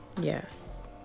yes